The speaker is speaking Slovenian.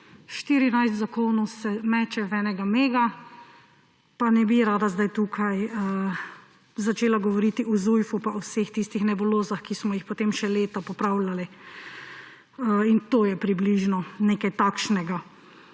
14 zakonov se meče v enega mega, pa ne bi rada zdaj tukaj začela govoriti o Zujfu pa vseh tistih nebulozah, ki smo jih potem še leta popravljali. In to je približno nekaj takšnega.